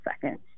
second